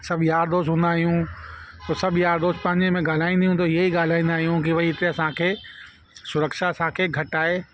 सभु यार दोस्त हूंदा आहियूं पोइ सभु यार दोस्त पंहिंजे में गाल्हाईंदियूं त हीअं ई गाल्हाईंदा आहियूं कि भई हिते असांखे सुरक्षा असांखे घटि आहे